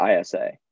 ISA